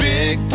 Big